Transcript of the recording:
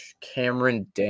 Cameron